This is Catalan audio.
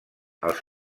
els